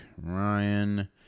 Ryan